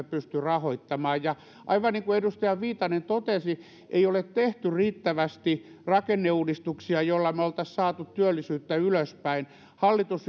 pysty rahoittamaan ja aivan niin kuin edustaja viitanen totesi ei ole tehty riittävästi rakenneuudistuksia joilla me olisimme saaneet työllisyyttä ylöspäin hallitus